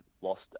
lost